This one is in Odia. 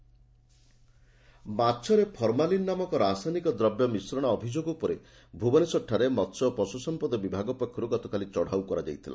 ମାଛରେ ଫର୍ମାଲିନ୍ ମାଛରେ ଫର୍ମାଲିନ୍ ନାମକ ରାସାୟନିକ ଦ୍ରବ୍ୟ ମିଶ୍ରଣ ଅଭିଯୋଗ ଉପରେ ଭୁବନେଶ୍ୱରଠାରେ ମହ୍ୟ ଓ ପଶୁ ସମ୍ମଦ ବିଭାଗ ପକ୍ଷରୁ ଗତକାଲି ଚଢ଼ାଉ କରାଯାଇଥିଲା